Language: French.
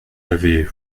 l’avez